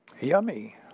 Yummy